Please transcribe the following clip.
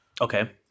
Okay